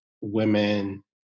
women